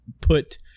put